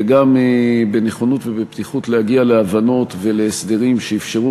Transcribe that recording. וגם בנכונות ובפתיחות להגיע להבנות ולהסדרים שאפשרו